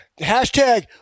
Hashtag